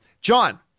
John